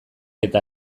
eta